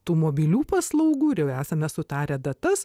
tų mobilių paslaugų ir jau esame sutarę datas